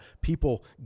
People